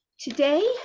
today